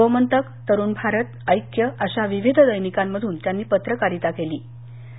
गोमंतक तरुण भारत ऐक्य अशा विविध दैनिकांमधून त्यांनी पत्रकारिता केली होती